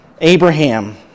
Abraham